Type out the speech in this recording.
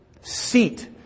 seat